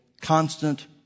constant